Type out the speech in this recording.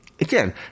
again